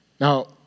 Now